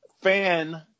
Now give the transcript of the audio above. fan